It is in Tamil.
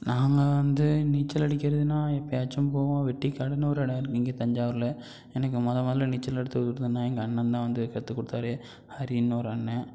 நாங்கள் வந்து நீச்சல் அடிக்கிறதுன்னால் எப்பவாச்சும் போவோம் வெட்டிக்காடுன்னு ஒரு இடம் இருக்குது இங்கே தஞ்சாவூர்ல எனக்கு முத முதல்ல நீச்சல் எடுத்து கொடுத்ததுன்னா எங்கள் அண்ணன் தான் வந்து கற்றுக் கொடுத்தாரு ஹரின்னு ஒரு அண்ணன்